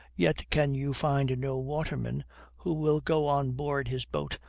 yet can you find no waterman who will go on board his boat,